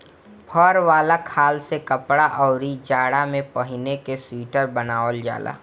फर वाला खाल से कपड़ा, अउरी जाड़ा में पहिने के सुईटर बनावल जाला